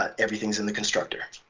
ah everything's in the constructor.